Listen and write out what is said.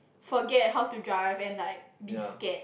forget how to drive and like be scared